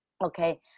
okay